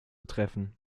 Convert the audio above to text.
treffen